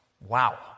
Wow